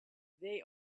they